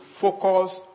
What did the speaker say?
focus